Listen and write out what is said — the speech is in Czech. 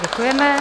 Děkujeme.